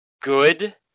good